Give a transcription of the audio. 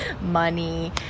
money